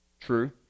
True